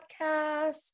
podcast